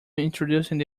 introducing